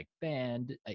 band